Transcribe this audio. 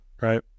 Right